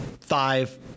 five